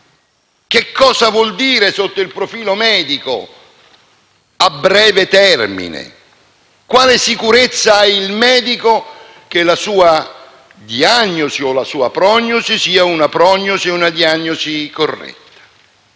Cosa vuol dire, sotto il profilo medico, a breve termine? Quale sicurezza ha il medico che la sua diagnosi o la sua prognosi siano una prognosi o una diagnosi corretta?